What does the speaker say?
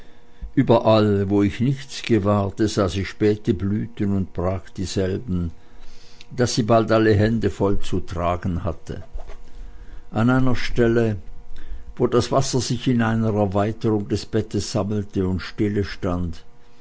überall wo ich nichts gewahrte sah sie späte blüten und brach dieselben daß sie bald alle hände voll zu tragen hatte an einer stelle wo das wasser sich in einer erweiterung des bettes sammelte und